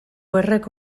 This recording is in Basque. horrek